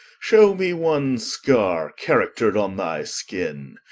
shew me one skarre, character'd on thy skinne,